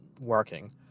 working